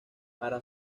para